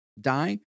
die